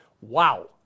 Wow